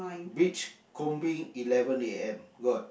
beachcombing eleven a_m got